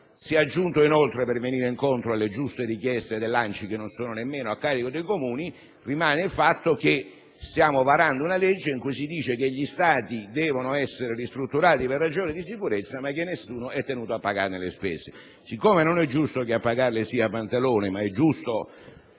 Si è aggiunto inoltre, per venire incontro alle giuste richieste dell'ANCI, che non sono nemmeno a carico dei Comuni; rimane il fatto che stiamo varando una legge in cui si dice che gli stadi devono essere ristrutturati per ragioni di sicurezza ma che nessuno è tenuto a pagarne le spese. Non è giusto, però, che a pagarle sia Pantalone, ma è giusto,